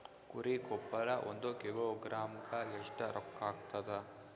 ಕುರಿ ಗೊಬ್ಬರ ಒಂದು ಕಿಲೋಗ್ರಾಂ ಗ ಎಷ್ಟ ರೂಕ್ಕಾಗ್ತದ?